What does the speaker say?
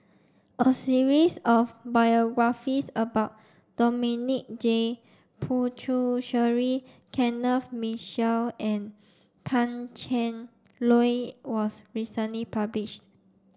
a series of biographies about Dominic J Puthucheary Kenneth Mitchell and Pan Cheng Lui was recently published